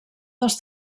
dels